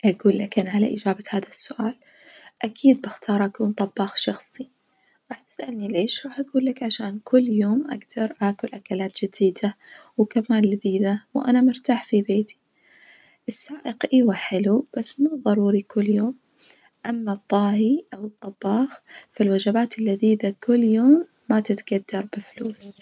أجولك أنا على إجابة هذا السؤال أكيد بختار أكون طباخ شخصي راح تسألني ليش راح أجولك عشان كل يوم أجدر آكل أكلات جديدة وكمان لذيذة وأنا مرتاح في بيتي، السائق أيوة حلو بس مو ظروري كل يوم، أما الطاهي أو الطباخ فالوجبات اللذيذة كل يوم ما تتجدر بفلوس.